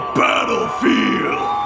battlefield